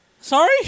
Sorry